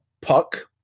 Puck